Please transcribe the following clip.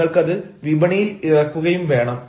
നിങ്ങൾക്കത് വിപണിയിൽ ഇറക്കുകയും വേണം